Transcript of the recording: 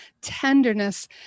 tenderness